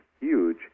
huge